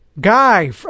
guy